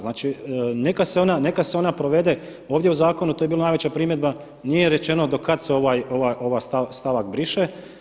Znači, neka se ona provede ovdje u zakonu to je bila najveća primjedba nije rečeno do kada se ovaj stavak briše.